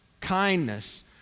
kindness